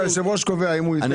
היושב-ראש קובע אם הוא ייתן לך.